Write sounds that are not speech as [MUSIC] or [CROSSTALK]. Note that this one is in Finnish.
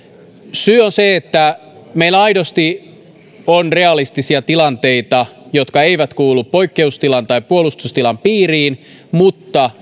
syy on se että meillä aidosti on realistisia tilanteita jotka eivät kuulu poikkeustilan tai puolustustilan piiriin mutta [UNINTELLIGIBLE]